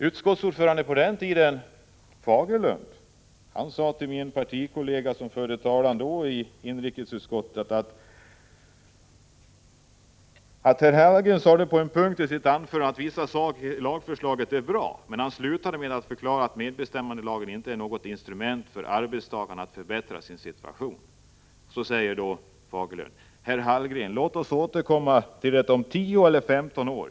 Ordföranden i dåvarande inrikesutskottet, Bengt Fagerlund, riktade sig till min partikollega Hallgren, som då förde vpk:s talan, och yttrade: ”Herr Hallgren sade på en punkt i sitt anförande att vissa saker i lagförslaget är bra, men han slutade med att förklara att medbestämmandelagen inte är något instrument för arbetstagarna att förbättra sin situation. Herr Hallgren, låt oss återkomma till den om tio eller femton år.